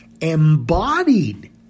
embodied